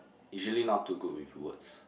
usually not too good with words